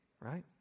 Right